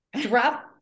drop